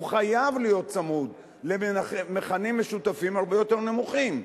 והוא חייב להיות צמוד למכנים משותפים הרבה יותר נמוכים.